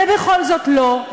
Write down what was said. ובכל זאת לא,